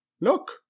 Look